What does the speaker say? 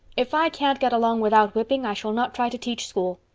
if i can't get along without whipping i shall not try to teach school.